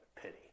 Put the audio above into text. pity